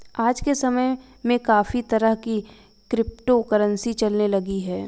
आज के समय में काफी तरह की क्रिप्टो करंसी चलने लगी है